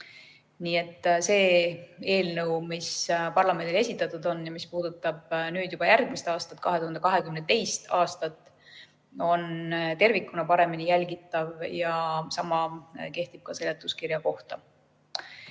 see eelnõu, mis parlamendile esitatud on ja mis puudutab juba järgmist aastat, 2022. aastat, on tervikuna paremini jälgitav ja sama kehtib ka seletuskirja kohta.